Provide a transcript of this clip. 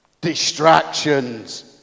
Distractions